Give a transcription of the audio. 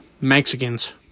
Mexicans